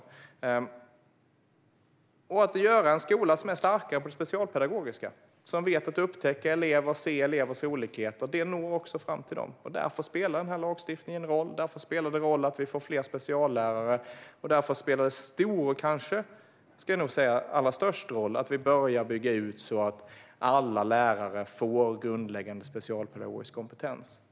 Det handlar om att göra en skola som är starkare på det specialpedagogiska området och som kan upptäcka elever och se elevers olikheter. Det når också fram till dem. Därför spelar denna lagstiftning roll, därför spelar det roll att vi får fler speciallärare och därför spelar det stor, och kanske allra störst, roll att vi börjar bygga ut så att alla lärare får grundläggande specialpedagogisk kompetens.